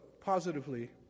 positively